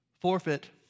forfeit